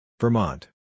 Vermont